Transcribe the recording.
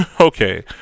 okay